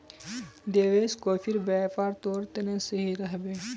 देवेश, कॉफीर व्यापार तोर तने सही रह बे